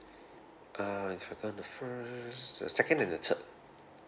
err if we go on the first the second and the third